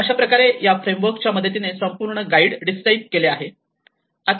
अशाप्रकारे या फ्रेमवर्क च्या मदतीने संपूर्ण गाईड डिस्क्राइब केले आहे